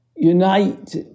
unite